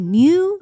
new